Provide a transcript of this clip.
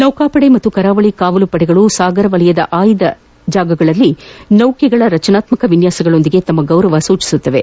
ನೌಕಾಪಡೆ ಮತ್ತು ಕರಾವಳಿ ಕಾವಲು ಪಡೆಗಳು ಸಾಗರ ವಲಯದ ಆಯ್ದ ಸ್ಥಳಗಳಲ್ಲಿ ನೌಕೆಗಳ ರಚನಾತ್ಸಕ ವಿನ್ನಾಸಗಳೊಂದಿಗೆ ತಮ್ಮ ಗೌರವ ಸಲ್ಲಿಸಲಿವೆ